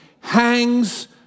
hangs